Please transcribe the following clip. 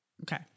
Okay